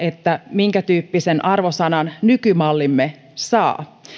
minkätyyppisen arvosanan nykymallimme saa